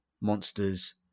Monsters